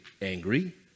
angry